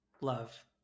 love